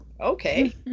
okay